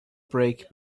break